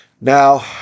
Now